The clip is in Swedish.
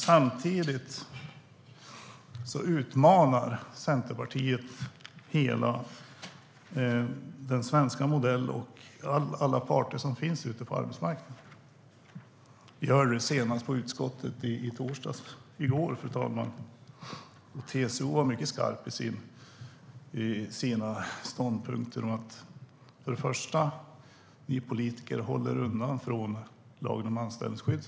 Samtidigt utmanar Centerpartiet hela den svenska modellen och alla parter som finns ute på arbetsmarknaden. Vi hörde det senast på utskottsmötet i går torsdag. TCO var mycket skarp i sina ståndpunkter. För det första ska vi politiker hålla oss undan från lagen om anställningsskydd.